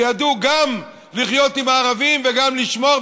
שידעו גם לחיות עם הערבים וגם לשמור,